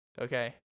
okay